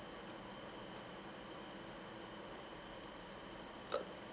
uh